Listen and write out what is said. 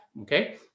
Okay